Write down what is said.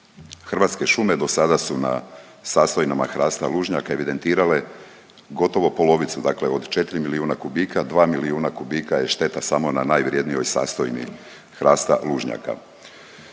Hrvatske šume do sada su na sastojni hrasta lužnjaka evidentirale gotovo polovicu, dakle od 4 milijuna kubika, 2 milijuna kubika je šteta samo na najvrjednijoj sastojni hrasta lužnjaka.